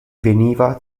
veniva